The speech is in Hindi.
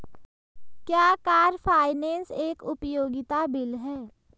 क्या कार फाइनेंस एक उपयोगिता बिल है?